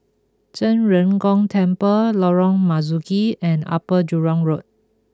Zhen Ren Gong Temple Lorong Marzuki and Upper Jurong Road